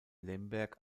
lemberg